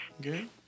Good